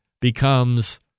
becomes